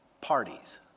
parties